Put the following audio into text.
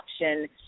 option